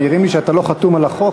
מעירים לי שאתה לא חתום על החוק.